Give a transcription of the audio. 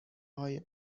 های